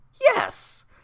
Yes